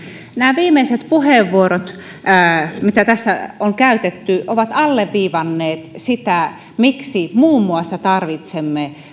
nämä viimeiset puheenvuorot mitä tässä on käytetty ovat alleviivanneet sitä miksi muun muassa tarvitsemme